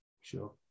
sure